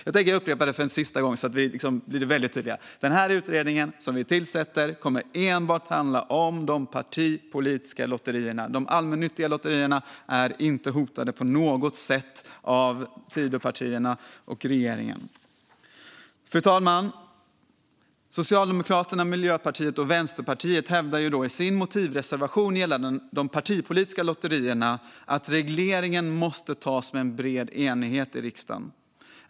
Jag tänker upprepa det en sista gång så att det blir väldigt tydligt. Den utredning som vi tillsätter kommer enbart att handla om de partipolitiska lotterierna. De allmännyttiga lotterierna är inte hotade på något sätt av Tidöpartierna och regeringen. Fru talman! Socialdemokraterna, Miljöpartiet och Vänsterpartiet hävdar i sin motivreservation gällande de partipolitiska lotterierna att regleringen måste tas med en bred enighet i riksdagen.